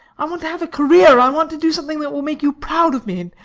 i want to have a career. i want to do something that will make you proud of me,